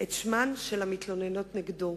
את שמן של המתלוננות נגדו,